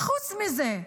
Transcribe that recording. וחוץ מזה,